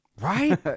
Right